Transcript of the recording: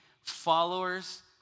followers